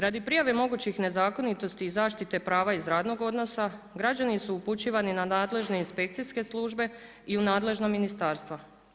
Radi prijave mogućih nezakonitosti i zaštite prava iz radnog odnosa građani su upućivani na nadležne inspekcijske službe i u nadležna ministarstva.